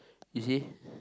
you see